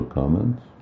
comments